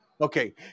Okay